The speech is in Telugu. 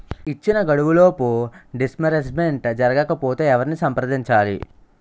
ఇచ్చిన గడువులోపు డిస్బర్స్మెంట్ జరగకపోతే ఎవరిని సంప్రదించాలి?